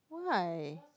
why